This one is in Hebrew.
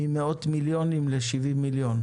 תקציבה ירד ממאות מיליונים ל-70 מיליון.